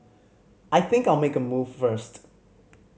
I think I'll make a move first